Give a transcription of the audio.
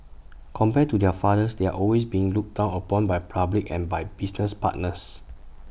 compared to their fathers they're always being looked down upon by public and by business partners